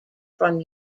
from